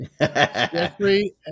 Jeffrey